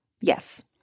Yes